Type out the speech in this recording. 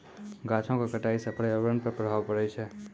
गाछो क कटाई सँ पर्यावरण पर प्रभाव पड़ै छै